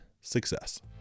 success